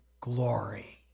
glory